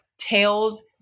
Tales